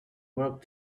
work